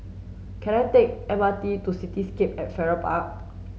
can I take the M R T to Cityscape at Farrer Park